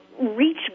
reach